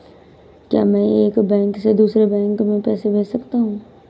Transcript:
क्या मैं एक बैंक से दूसरे बैंक में पैसे भेज सकता हूँ?